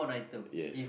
yes